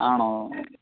ആണോ